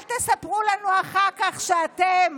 אל תספרו לנו אחר כך שאתם